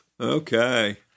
Okay